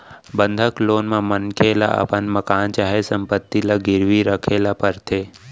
बंधक लोन म मनखे ल अपन मकान चाहे संपत्ति ल गिरवी राखे ल परथे